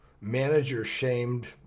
manager-shamed